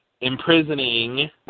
imprisoning